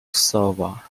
silva